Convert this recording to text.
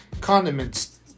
condiments